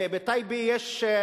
בטייבה הבנייה של